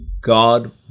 God